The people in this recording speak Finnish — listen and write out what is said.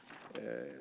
hanke ei